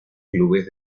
clubes